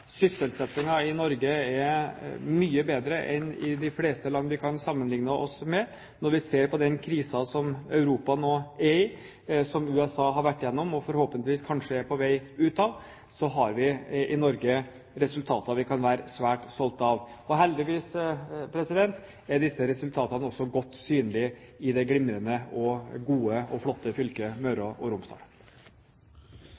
Sysselsettingen i Norge er mye bedre enn i de fleste land vi kan sammenligne oss med. Når vi ser på den krisen som Europa nå er i, som USA har vært igjennom og forhåpentligvis kanskje er på vei ut av, så har vi i Norge resultater vi kan være svært stolte av. Og heldigvis er disse resultatene også godt synlige i det glimrende og gode, flotte fylket Møre